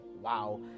wow